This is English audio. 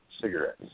cigarettes